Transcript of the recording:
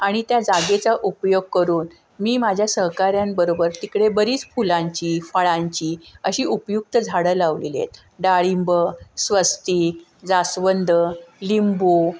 आणि त्या जागेचा उपयोग करून मी माझ्या सहकाऱ्यांबरोबर तिकडे बरीच फुलांची फळांची अशी उपयुक्त झाडं लावलेली आहेत डाळिंब स्वस्ती जास्वंद लिंबू